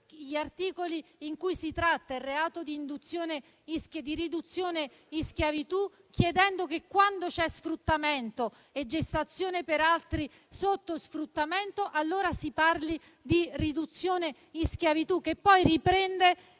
penale, in cui si tratta il reato di riduzione in schiavitù, chiedendo che quando c'è sfruttamento e gestazione per altri sotto sfruttamento, allora si parli di riduzione in schiavitù, il che riprende